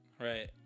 right